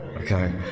Okay